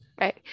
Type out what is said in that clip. right